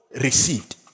received